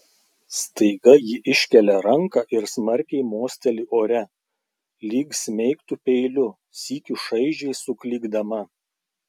staiga ji iškelia ranką ir smarkiai mosteli ore lyg smeigtų peiliu sykiu šaižiai suklykdama